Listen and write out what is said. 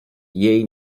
jej